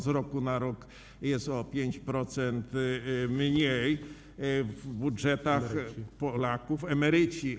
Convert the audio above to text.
Z roku na rok jest o 5% środków mniej w budżetach Polaków, emerytów.